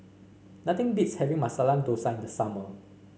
nothing beats having Masala Dosa in the summer